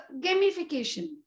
gamification